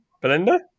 Belinda